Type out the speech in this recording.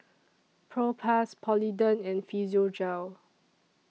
Propass Polident and Physiogel